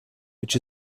which